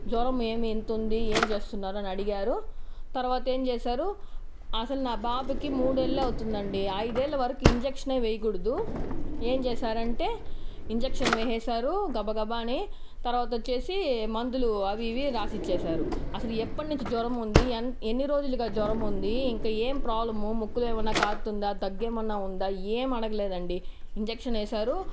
జ్వరం ఏమీ ఇంత ఉంది ఏం చేస్తున్నారు అని అడిగారు తర్వాత ఏం చేశారు అసలు మా బాబుకి మూడు ఏళ్ళు అవుతుందండి ఐదేళ్ల వరకు ఇంజక్షన్నే వేయకూడదు ఏం చేశారంటే ఇంజక్షన్ వేసేసారు గబగబా అని తర్వాత వచ్చేసి మందులు అవి ఇవి రాసి ఇచ్చేశారు అసలు ఎప్పుడు నుంచి జ్వరం ఉంది ఎంత ఎన్ని రోజులుగా జ్వరం ఉంది ఇంకా ఏం ప్రాబ్లం ముక్కులో ఏమైనా కారుతుందా దగ్గు ఏమైనా ఉందా ఏమీ అడగలేదు అండి ఇంజక్షన్ వేశారు